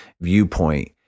viewpoint